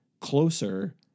closer